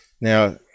now